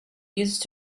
used